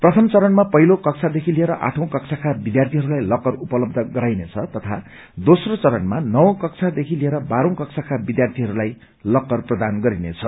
प्रथम चरणमा पहिलो कक्षादेखि लिएर आठौं कक्षाका विद्यार्थीहरूलाई लकर उपलब्ध गराइनेछ तथा दोस्रो चरणमा नवी कक्षादेखि लिएर बाह्री कक्षाका विद्यार्थीहरूलाई लकर प्रदान गरिनेछ